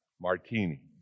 martini